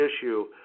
issue